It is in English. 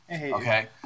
Okay